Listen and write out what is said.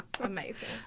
amazing